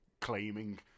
claiming